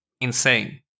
Insane